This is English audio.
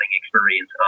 experience